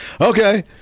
okay